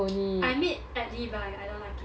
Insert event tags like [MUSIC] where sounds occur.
[NOISE] I made atlee buy I don't like it